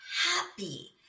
happy